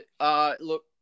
look